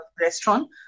restaurant